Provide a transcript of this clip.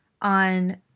on